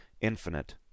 infinite